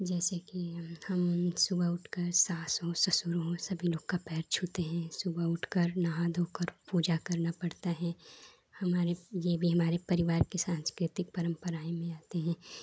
जैसेकि हम सुबह उठकर सास हो ससुर हो सभी लोगों का पैर छूते हैं सुबह उठकर नहा धोकर पूजा करना पड़ता है हमारे यह भी हमारे परिवार की साँस्कृतिक परम्पराएँ में आती हैं